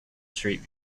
street